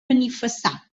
benifassà